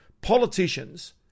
politicians